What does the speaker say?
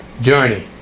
journey